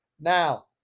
Now